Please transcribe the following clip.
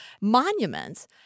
monuments